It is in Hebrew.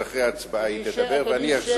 אז אחרי ההצבעה היא תדבר, ואני אחזור.